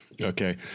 Okay